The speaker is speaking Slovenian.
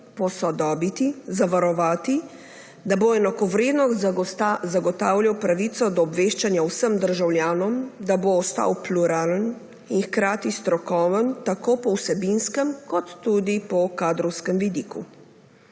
posodobiti, zavarovati, da bo enakovredno zagotavljal pravico do obveščanja vsem državljanom, da bo ostal pluralen in hkrati strokoven tako po vsebinskem kot tudi po kadrovskem vidiku.